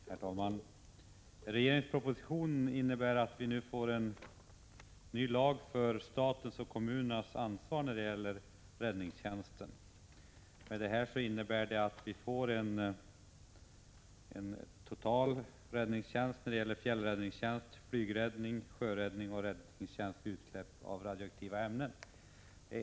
Herr talman! Regeringens proposition innebär att vi nu får en ny lag för statens och kommunernas ansvar när det gäller räddningstjänsten. Det betyder att vi får en total räddningstjänst: fjällräddning, flygräddning, sjöräddning och räddningstjänst vid utsläpp av radioaktiva ämnen.